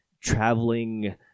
traveling